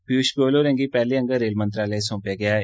पीयूष गोयल होरें'गी पैहले आडर रेल मंत्रालय सौंपेआ गेआ ऐ